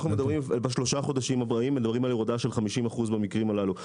אנחנו מדברים בשלושה החודשים הבאים על הורדה של 50% מן המקרים הללו.